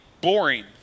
boring